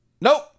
nope